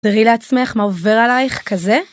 תראי לעצמך, מה עובר עלייך, כזה?